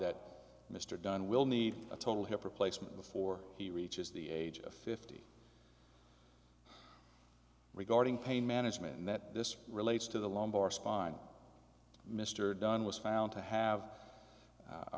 that mr dunn will need a total hip replacement before he reaches the age of fifty regarding pain management and that this relates to the lumbar spine mr dunne was found to have